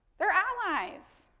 they're allies.